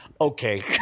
Okay